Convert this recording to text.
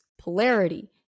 polarity